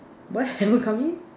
why haven't come in